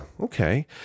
Okay